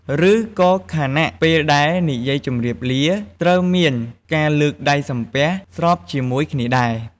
ឬក៏ខណៈ ពេលដែលនិយាយជម្រាបលា ត្រូវមានការលើកដៃសំពះស្របជាមួយគ្នាដែរ ។